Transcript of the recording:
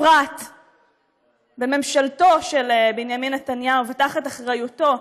הופרט בממשלתו של בנימין נתניהו ותחת אחריותו.